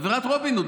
עבירת רובין הוד.